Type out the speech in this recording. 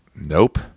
Nope